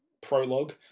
Prologue